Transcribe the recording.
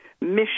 mission